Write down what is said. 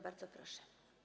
Bardzo proszę.